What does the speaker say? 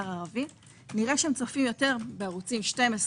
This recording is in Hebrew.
הערבי נראה שהם צופים יותר בערוצים 12,